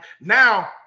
Now